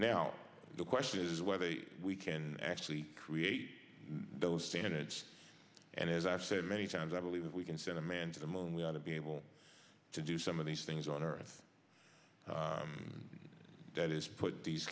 now the question is whether we can actually create those standards and as i've said many times i believe that we can send a man to the moon we ought to be able to do some of these things on earth that is put these